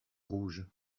rouge